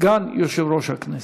סגן יושב-ראש הכנסת.